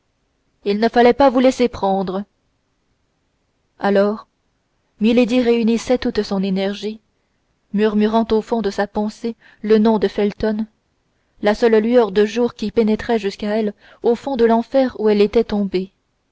il ne fallait pas vous laisser prendre alors milady réunissait toute son énergie murmurant au fond de sa pensée le nom de felton la seule lueur de jour qui pénétrât jusqu'à elle au fond de l'enfer où elle était tombée